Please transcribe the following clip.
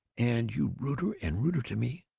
and you ruder and ruder to me?